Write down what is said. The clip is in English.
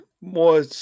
more